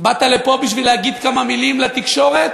באת לפה בשביל להגיד כמה מילים לתקשורת?